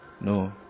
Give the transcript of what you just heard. no